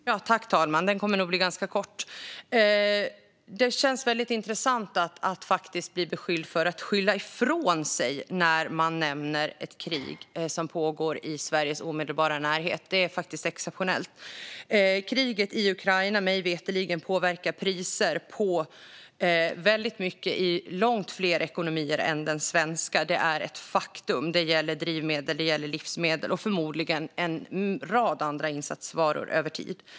Herr talman! Min slutreplik kommer nog att bli ganska kort. Det känns väldigt intressant att bli beskylld för att skylla ifrån sig när man nämner ett krig som pågår i Sveriges omedelbara närhet. Det är faktiskt exceptionellt. Kriget i Ukraina påverkar mig veterligen priser på väldigt mycket i långt fler ekonomier än den svenska. Det är ett faktum. Det gäller drivmedel, livsmedel och förmodligen en rad andra insatsvaror över tid.